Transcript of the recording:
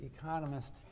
economist